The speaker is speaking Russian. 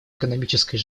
экономической